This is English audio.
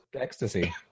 ecstasy